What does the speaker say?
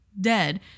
Dead